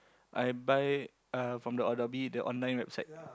I buy uh from the Adobe the online website